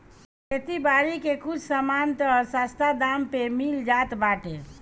खेती बारी के कुछ सामान तअ सस्ता दाम पे मिल जात बाटे